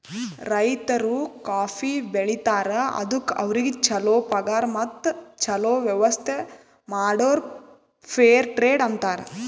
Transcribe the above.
ರೈತರು ಕಾಫಿ ಬೆಳಿತಾರ್ ಅದುಕ್ ಅವ್ರಿಗ ಛಲೋ ಪಗಾರ್ ಮತ್ತ ಛಲೋ ವ್ಯವಸ್ಥ ಮಾಡುರ್ ಫೇರ್ ಟ್ರೇಡ್ ಅಂತಾರ್